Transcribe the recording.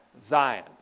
Zion